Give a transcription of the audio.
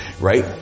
right